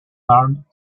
learned